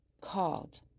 called